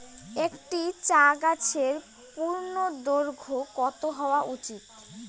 একটি চা গাছের পূর্ণদৈর্ঘ্য কত হওয়া উচিৎ?